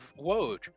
Woj